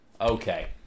okay